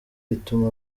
ituma